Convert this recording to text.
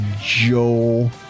Joel